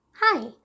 Hi